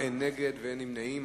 מתנגדים ואין נמנעים.